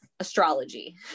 astrology